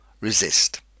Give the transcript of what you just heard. resist